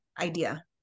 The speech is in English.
idea